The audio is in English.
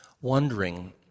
Wondering